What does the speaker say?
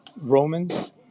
Romans